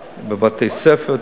תת-טיפול ותת-רמה בבתי-ספר,